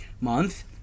month